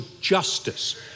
justice